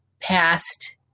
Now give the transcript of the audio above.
past